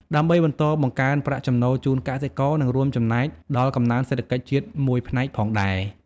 ដើម្បីបន្តបង្កើនប្រាក់ចំណូលជូនកសិករ និងរួមចំណែកដល់កំណើនសេដ្ឋកិច្ចជាតិមួយផ្នែកផងដែរ។